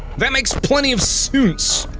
that makes plenty of soonse!